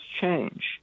change